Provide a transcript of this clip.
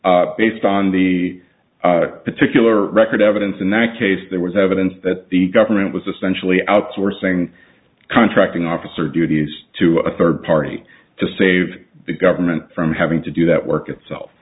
s based on the particular record evidence in one case there was evidence that the government was essentially outsourcing contracting officer duties to a third party to save the government from having to do that work itself